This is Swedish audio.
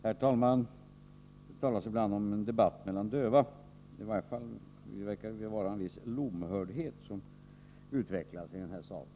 Nr 130 Herr talman! Det talas ibland om en debatt mellan döva. I varje fall verkar Torsdagen den det vara en viss lomhördhet som utvecklas i den här salen.